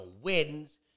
weddings